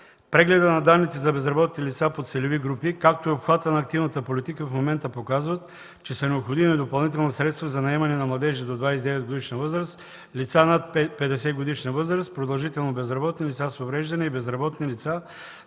Прегледът на данните за безработни лица по целеви групи, както и обхватът на активната политика в момента показват, че са необходими допълнителни средства за наемане на младежи до 29-годишна възраст, лица над 50-годишна възраст, продължително безработни, лица с увреждания и безработни лица